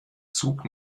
zug